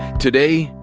today,